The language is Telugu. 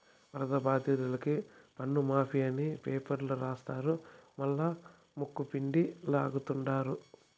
వరద బాధితులకి పన్నుమాఫీ అని పేపర్ల రాస్తారు మల్లా ముక్కుపిండి లాగతండారు